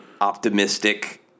optimistic